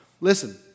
listen